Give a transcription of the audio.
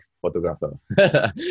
photographer